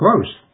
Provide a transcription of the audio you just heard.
close